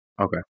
Okay